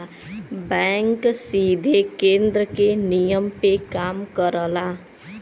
bank सीधे केन्द्र के नियम पे काम करला